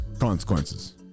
consequences